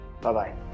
bye-bye